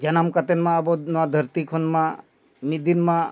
ᱡᱟᱱᱟᱢ ᱠᱟᱛᱮᱱ ᱢᱟ ᱟᱵᱚ ᱱᱚᱣᱟ ᱫᱷᱟᱹᱨᱛᱤ ᱠᱷᱚᱱ ᱢᱟ ᱢᱤᱫ ᱫᱤᱱ ᱢᱟ